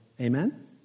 Amen